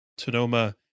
Tonoma